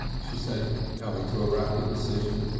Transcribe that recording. she said, coming to a rapid decision,